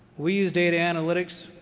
we use data analytics.